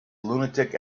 lunatic